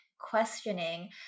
questioning